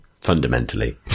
fundamentally